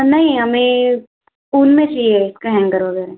नहीं हमें ऊन में चाहिए इस का हेंगर वगैरह